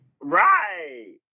Right